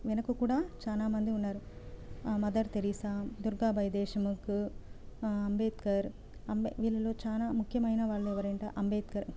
వెనక కూడా చాలా మంది ఉన్నారు మథర్ థెరిస్సా దుర్గాబాయ్ దేశముఖ్ అంబేద్కర్ అంబే వీళ్ళలో చాలా ముఖ్యమైన వాళ్ళు ఎవరంటే అంబేద్కర్